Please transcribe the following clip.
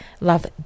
Love